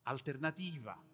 Alternativa